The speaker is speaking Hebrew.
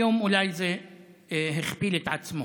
היום זה אולי הכפיל את עצמו.